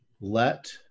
let